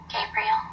Gabriel